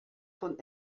von